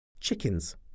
chickens